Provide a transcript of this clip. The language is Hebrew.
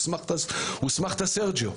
"הוסמכת סרג'יו",